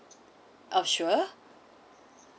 oh sure